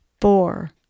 four